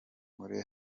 muri